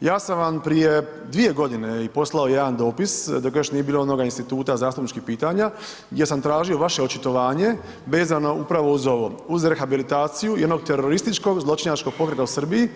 Ja sam vam prije 2 godine i poslao jedan dopis dok još nije bilo onoga instituta zastupničkih pitanja gdje sam tražio vaše očitovanje vezano upravo uz ovo, uz rehabilitaciju jednog terorističkog, zločinačkog pokreta u Srbiji